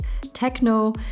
techno